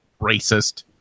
Racist